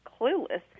clueless